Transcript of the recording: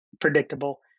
predictable